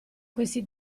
questi